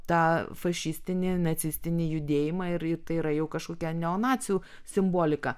tą fašistinį nacistinį judėjimą ir ir tai yra jau kažkokia neonacių simbolika